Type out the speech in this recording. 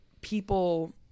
people